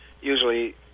usually